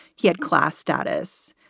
he had class status.